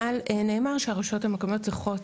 אבל נאמר שהרשויות המקומיות צריכות,